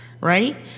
right